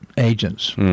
agents